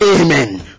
Amen